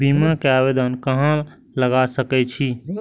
बीमा के आवेदन कहाँ लगा सके छी?